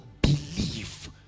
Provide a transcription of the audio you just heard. believe